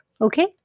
okay